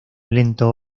lento